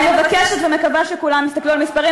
אני מבקשת ומקווה שכולם יסתכלו על המספרים.